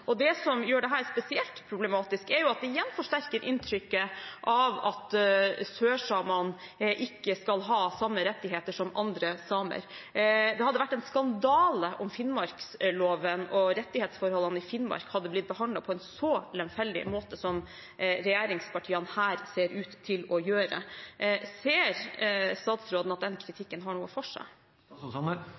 år. Det som gjør dette spesielt problematisk, er jo at det igjen forsterker inntrykket av at sørsamene ikke skal ha samme rettigheter som andre samer. Det hadde vært en skandale om finnmarksloven og rettighetsforholdene i Finnmark hadde blitt behandlet på en så lemfeldig måte som regjeringspartiene her ser ut til å gjøre. Ser statsråden at den kritikken har noe for seg?